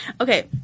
Okay